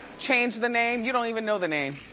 change the name, you don't even know the name.